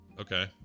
Okay